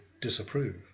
disapprove